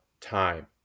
time